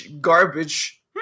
garbage